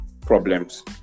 problems